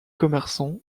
commerçant